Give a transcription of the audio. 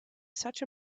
such